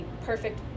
perfect